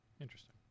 interesting